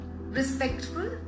respectful